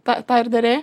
tą tą ir darei